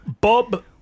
bob